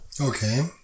Okay